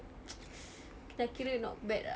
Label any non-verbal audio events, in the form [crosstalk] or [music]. [breath] dah kira not bad ah